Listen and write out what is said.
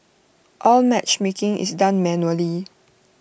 all matchmaking is done manually